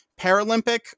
Paralympic